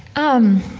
um,